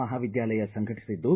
ಮಹಾವಿದ್ಯಾಲಯ ಸಂಘಟಿಸಿದ್ದು